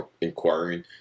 inquiring